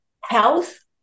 health